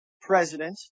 president